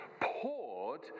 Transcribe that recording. poured